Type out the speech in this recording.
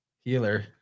healer